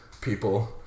people